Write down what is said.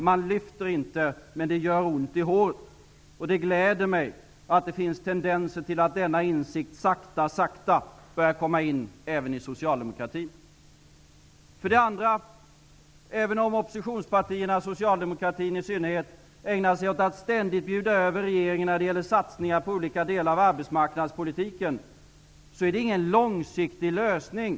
Man lyfter inte, men det gör ont i håret. Det gläder mig att det finns tendenser till att denna insikt mycket sakta börjar komma in även i socialdemokratin. För det andra: Även om oppositionspartierna -- socialdemokratin i synnerhet -- ägnar sig åt att ständigt bjuda över regeringen när det gäller satsningar på olika delar av arbetsmarknadspolitiken, är det ingen långsiktig lösning.